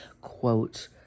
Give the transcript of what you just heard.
quote